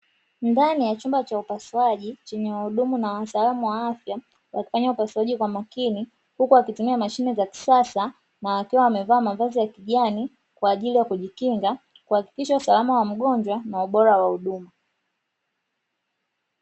Ndani ya chumba cha upasuaji chenye wahudumu na wataalamu wa afya wakifanya upasuaji kwa makini, huku wakitumia mashine za kisasa na wakiwa wamevaa mavazi ya kijani, kwa ajili ya kujikinga kuhakikisha usalama wa mgonjwa na ubora wa huduma.